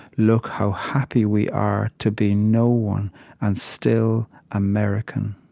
look how happy we are to be no one and still american